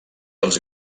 els